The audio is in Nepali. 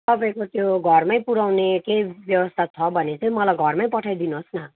तपाईँको त्यो घरमै पुर्याउने केही व्यवस्था छ भने चाहिँ मलाई घरमै पठाइदिनु होस् न